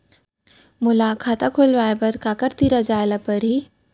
मोला खाता खोलवाय बर काखर तिरा जाय ल परही?